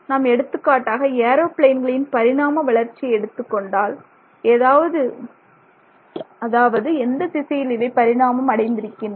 நாம் எடுத்துக்காட்டாக ஏரோபிளேன்களின் பரிணாம வளர்ச்சியை எடுத்துக்கொண்டால் அதாவது எந்த திசையில் இவை பரிணாமம் அடைந்திருக்கின்றன